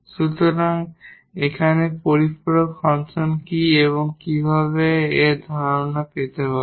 সুতরাং এখানে complementary function কি এবং কিভাবে আমরা এই ধারণা পেতে পারি